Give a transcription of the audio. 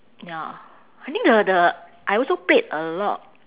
ya I think the the I also played a lot